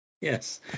Yes